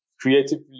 creatively